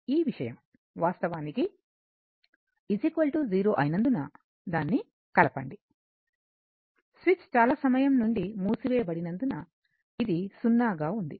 ఈ విషయం వాస్తవానికి 0 అయినందున దాన్ని కలపండి స్విచ్ చాలా సమయం నుండి మూసివేయబడినందున ఇది సున్నాగా ఉంది